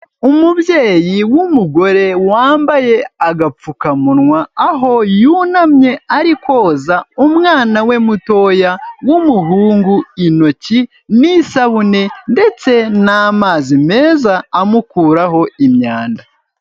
Umubyeyi w'umugore wambaye agapfukamunwa, aho yunamye ari koza umwana we mutoya w'umuhungu intoki n'isabune ndetse n'amazi meza amukuraho imyanda.